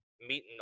meeting